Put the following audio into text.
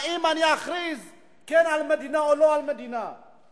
האם אני כן אכריז על מדינה או לא אכריז על מדינה,